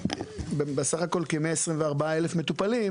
--- 62%.